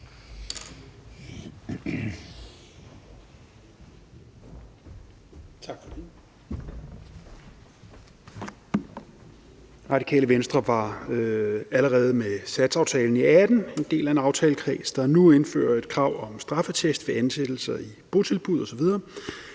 Radikale Venstre var allerede med satspuljeaftalen i 2018 en del af en aftalekreds, der nu indfører et krav om straffeattest ved ansættelser i botilbud osv.,